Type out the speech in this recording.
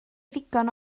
ddigon